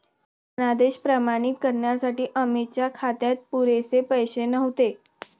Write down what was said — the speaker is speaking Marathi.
धनादेश प्रमाणित करण्यासाठी अमितच्या खात्यात पुरेसे पैसे नव्हते